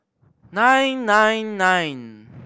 nine nine nine